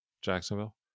Jacksonville